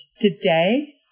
today